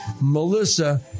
Melissa